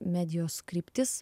medijos kryptis